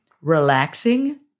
relaxing